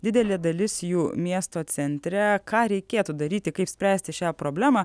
didelė dalis jų miesto centre ką reikėtų daryti kaip spręsti šią problemą